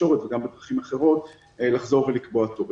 התקשורת וגם בדרכים אחרות לחזור ולקבוע תורים.